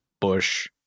Bush